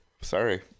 sorry